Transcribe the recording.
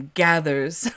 gathers